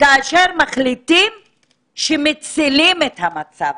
כאשר מחליטים שמצילים את המצב.